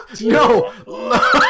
No